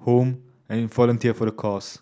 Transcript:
home and volunteer for the cause